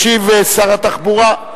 ישיב שר התחבורה.